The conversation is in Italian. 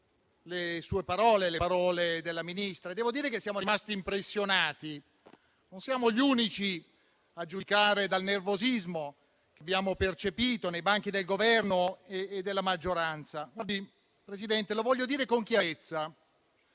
le sue parole e devo dire che siamo rimasti impressionati; e non siamo gli unici, a giudicare, dal nervosismo che abbiamo percepito nei banchi del Governo e della maggioranza. Signor Presidente, lo voglio dire con chiarezza: